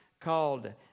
called